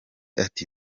ati